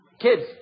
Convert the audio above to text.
Kids